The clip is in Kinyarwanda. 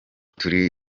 turi